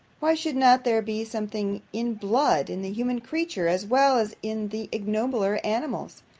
why should not there be something in blood in the human creature, as well as in the ignobler animals?